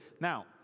Now